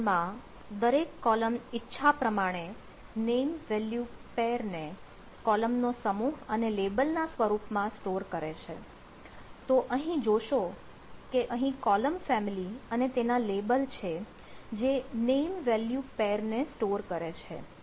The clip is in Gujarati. Bigtable માં દરેક કોલમ ઈચ્છા પ્રમાણે નેમ વેલ્યુ જોડને કોલમ નો સમૂહ અને લેબલ ના સ્વરૂપમાં સ્ટોર કરે છે તો અહીં જોશો કે અહીં કોલમ ફેમિલી અને તેના લેબલ છે જે નેમ વેલ્યુ પેર ને સ્ટોર કરે છે